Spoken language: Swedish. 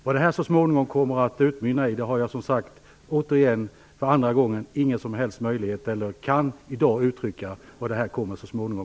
Vad detta så småningom kommer att utmynna i har jag som sagt ingen som helst möjlighet att i dag uttala mig om.